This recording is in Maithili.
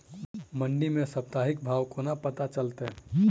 मंडी केँ साप्ताहिक भाव कोना पत्ता चलतै?